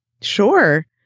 Sure